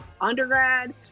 undergrad